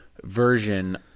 version